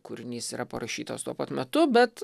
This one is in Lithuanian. kūrinys yra parašytas tuo pat metu bet